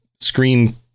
screen